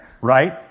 right